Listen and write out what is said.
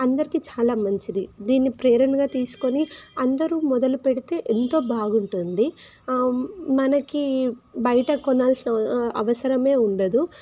అందరికి చాలా మంచిది దీన్ని ప్రేరణగా తీసుకొని అందరు మొదలు పెడితే ఎంతో బాగుంటుంది మనకి బయట కొనాల్సిన అవసరమే ఉండదు